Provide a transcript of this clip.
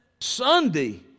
Sunday